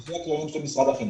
זה --- של משרד החינוך.